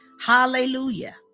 hallelujah